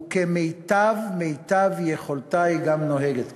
וכמיטב יכולתה היא גם נוהגת כך,